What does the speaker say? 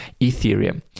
Ethereum